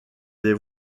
des